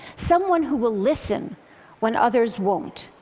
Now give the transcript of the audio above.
someone who will listen when others won't.